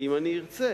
אם אני ארצה,